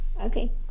Okay